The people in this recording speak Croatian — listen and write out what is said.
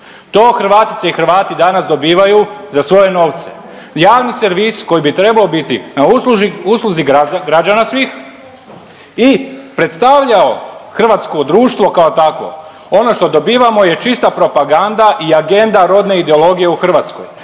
to Hrvatice i Hrvati danas dobivaju za svoje novce, javni servis koji bi trebao biti na usluzi građana svih i predstavljao hrvatsko društvo kao takvo, ono što dobivamo je čista propaganda i agenda rodne ideologije u Hrvatskoj,